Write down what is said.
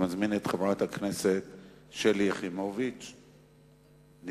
הצעה לסדר-היום מס' 143. אני מזמין את חברת הכנסת שלי יחימוביץ,